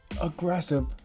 aggressive